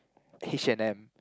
H-and-M